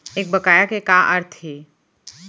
एक बकाया के का अर्थ हे?